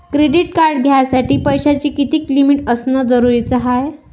Credit card घ्यासाठी पैशाची कितीक लिमिट असनं जरुरीच हाय?